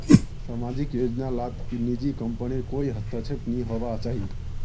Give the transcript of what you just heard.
सामाजिक योजना लात निजी कम्पनीर कोए हस्तक्षेप नि होवा चाहि